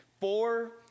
Four